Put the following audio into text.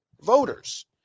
voters